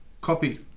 copy